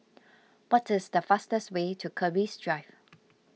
what is the fastest way to Keris Drive